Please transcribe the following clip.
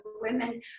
women